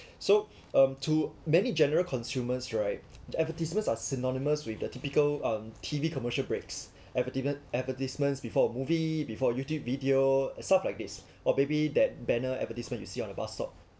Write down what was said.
so um to many general consumers right the advertisements are synonymous with the typical um T_V commercial breaks advetimen~ advertisements before a movie before YouTube video stuff like this or maybe that banner advertisement you see on the bus stop